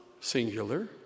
singular